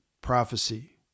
prophecy